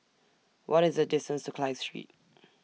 What IS The distance to Clive Street